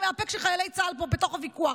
מהפה כשחיילי צה"ל פה בתוך הוויכוח,